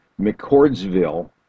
McCordsville